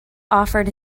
offered